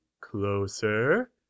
closer